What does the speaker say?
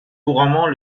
couramment